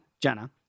Jenna